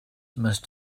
must